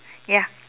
ya